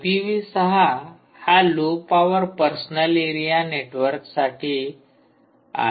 IPV 6 हा low power personal area नेटवर्कसाठी आहे